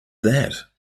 that